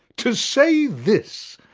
to say this,